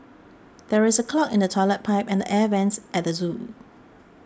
there is a clog in the Toilet Pipe and Air Vents at the zoo